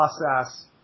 process